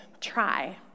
try